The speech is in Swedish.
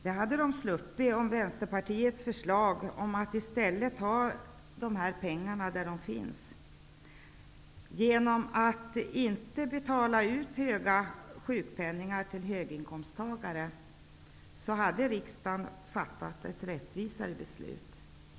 Det hade de sluppit om Vänsterpartiets förslag om att ta pengarna från där de finns hade gått igenom, dvs. att inte betala ut höga sjukpenningar till höginkomsttagare. Genom att sänka taket på sjukpenningnivån hade riksdagen fattat ett rättvist beslut.